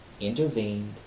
intervened